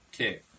Okay